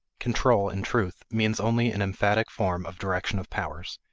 control, in truth, means only an emphatic form of direction of powers,